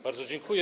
Bardzo dziękuję.